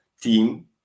team